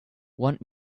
want